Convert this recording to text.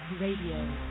Radio